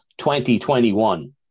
2021